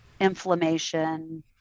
inflammation